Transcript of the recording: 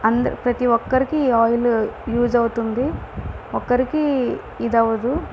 అందరు ప్రతి ఒక్కరికి ఈ ఆయిల్ యూజ్ అవుతుంది ఒక్కరికి ఇది అవ్వదు